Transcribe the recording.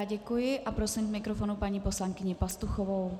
Děkuji a prosím k mikrofonu paní poslankyni Pastuchovou.